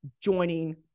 joining